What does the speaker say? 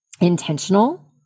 intentional